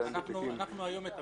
אנחנו היום מטפלים,